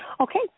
Okay